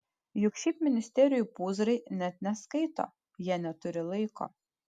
juk šiaip ministerijų pūzrai net neskaito jie neturi laiko